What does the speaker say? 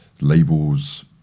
labels